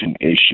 issue